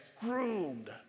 groomed